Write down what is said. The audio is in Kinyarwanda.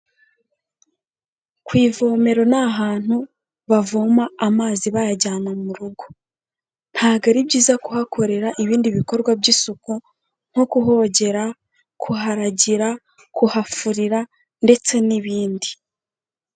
Ku ivomero ni ahantu bavoma amazi bayajyana mu rugo, ntago ari byiza kuhakorera ibindi bikorwa by'isuku, nko kuhogera, kuharagira, kuhafurira ndetse n'ibindi.